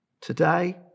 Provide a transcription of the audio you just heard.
Today